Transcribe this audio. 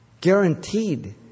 Guaranteed